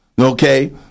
Okay